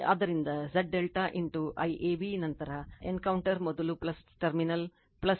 ಆದ್ದರಿಂದ Z ∆ IAB ನಂತರ encounter ಮೊದಲು ಟರ್ಮಿನಲ್ V bn ನಂತರ Van 0